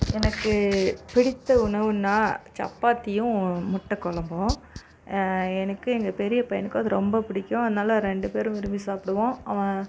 எனக்கு பிடித்த உணவுனால் சப்பாத்தியும் முட்டை குழம்பும் எனக்கும் எங்கள் பெரிய பையனுக்கும் அது ரொம்ப பிடிக்கும் அதனால ரெண்டு பேரும் விரும்பி சாப்பிடுவோம் அவன்